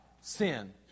sin